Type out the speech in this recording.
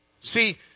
See